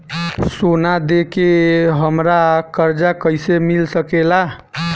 सोना दे के हमरा कर्जा कईसे मिल सकेला?